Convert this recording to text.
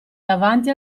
davanti